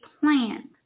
plant